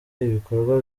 ibikorwa